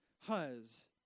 huz